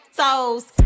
souls